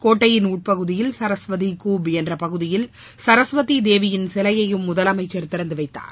கோட்டையின் உட்பகுதியில் சரஸ்வதி கூப் என்ற பகுதியில் சரஸ்வதி தேவியின் சிலையையும் முதலமைச்சர் திறந்து வைத்தார்